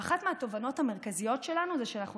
ואחת מהתובנות המרכזיות שלנו זה שאנחנו